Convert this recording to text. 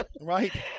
Right